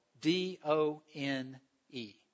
D-O-N-E